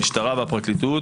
המשטרה והפרקליטות,